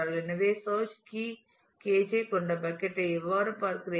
எனவே search key Kj கொண்ட bucket யை எவ்வாறு பார்க்கிறீர்கள்